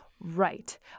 Right